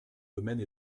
domaine